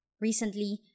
recently